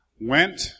went